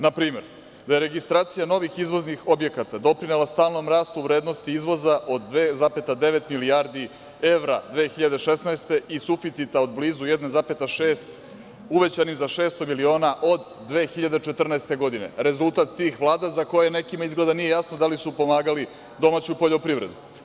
Na primer, da je registracija novih izvoznih objekata doprinela stalnom rastu vrednosti izvoza od 2,9 milijardi evra 2016. godine i suficita od blizu 1,6, uvećanih za 600 miliona od 2014. godine, rezultat tih vlada za koje nekima izgleda nije jasno da li su pomagali domaću poljoprivredu.